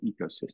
ecosystem